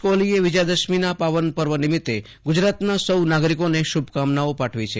કહોલીએ વિજયા દશમીના પાવન પર્વ નિમિત્તે ગુજરાતના સૌ નાગરિકોને હાર્દિક શુભકામનાઓ પાઠવી છે